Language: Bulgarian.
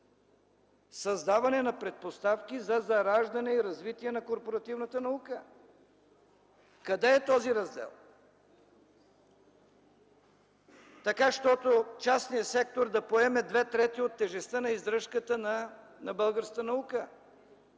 „Създаване на предпоставки за зараждане и развитие на корпоративната наука”. Къде е този раздел? Частният сектор да поеме две трети от тежестта на издръжката на българската наука